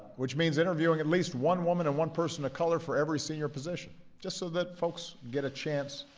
which means interviewing at least one woman and one person of color for every senior position just so that folks get a chance